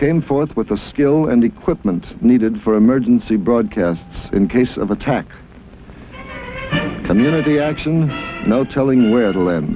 came forth with a skill and equipment needed for emergency broadcasts in case of attack community action no telling where to land